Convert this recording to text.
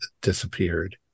disappeared